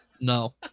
No